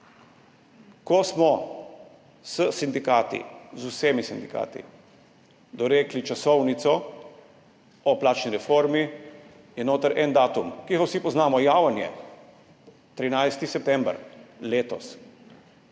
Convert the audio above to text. ko smo s sindikati, z vsemi sindikati dorekli časovnico o plačni reformi, je notri en datum, ki ga vsi poznamo, javen je – 13. september letos.